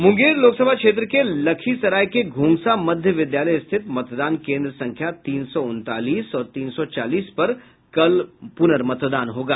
मूंगेर लोकसभा क्षेत्र के लखीसराय के घोंघसा मध्य विद्यालय स्थित मतदान केंद्र संख्या तीन सौ उनतालीस और तीन सौ चालीस पर कल प्रनर्मतदान होगा